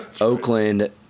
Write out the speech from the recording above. Oakland